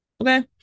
okay